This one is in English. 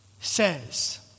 says